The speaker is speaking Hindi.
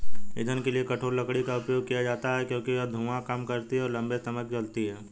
ईंधन के लिए कठोर लकड़ी का उपयोग किया जाता है क्योंकि यह धुआं कम करती है और लंबे समय तक जलती है